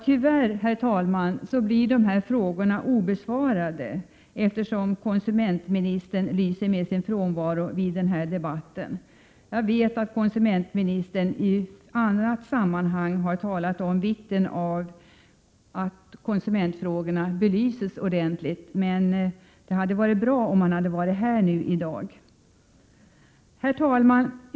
Tyvärr, herr talman, blir dessa frågor obesvarade eftersom konsumentministern lyser med sin frånvaro vid denna debatt. Jag vet att konsumentministern i annat sammanhang har talat om vikten av att konsumentfrågorna belyses ordentligt, så det hade varit bra om han varit här i dag. Herr talman!